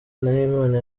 nahimana